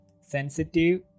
Sensitive